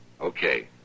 Okay